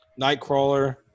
Nightcrawler